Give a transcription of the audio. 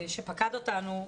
שפקד אותנו,